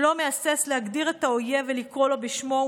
שלא מהסס להגדיר את האויב ולקרוא לו בשמו,